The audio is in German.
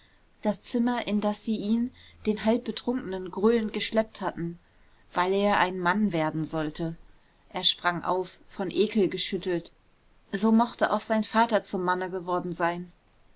das zimmer in das sie ihn den halb betrunkenen gröhlend geschleppt hatten weil er ein mann werden sollte er sprang auf von ekel geschüttelt so mochte auch sein vater zum manne geworden sein